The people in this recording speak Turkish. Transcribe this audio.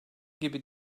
gibi